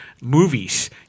movies